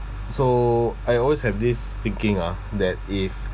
so I always have this thinking ah that if